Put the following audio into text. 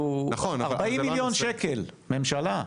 40 מיליון שקלים, ממשלה,